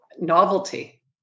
novelty